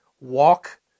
walk